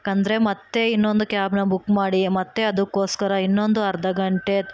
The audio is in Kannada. ಯಾಕೆಂದ್ರೆ ಮತ್ತೆ ಇನ್ನೊಂದು ಕ್ಯಾಬ್ನ ಬುಕ್ ಮಾಡಿ ಮತ್ತೆ ಅದಕ್ಕೋಸ್ಕರ ಇನ್ನೊಂದು ಅರ್ಧ ಗಂಟೆ